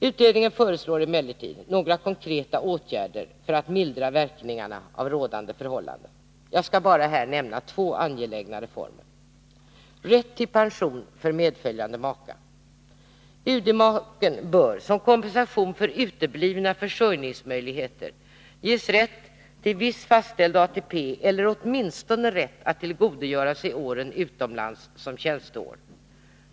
Utredningen föreslår emellertid några konkreta åtgärder för att mildra verkningarna av rådande förhållanden. Jag skall här bara nämna två angelägna reformer. Rätt till pension för medföljande maka! UD-maken bör som kompensation för uteblivna försörjningsmöjligheter ges rätt till viss fastställd ATP eller åtminstone rätt att tillgodogöra sig åren utomlands som tjänsteår.